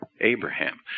Abraham